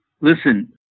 listen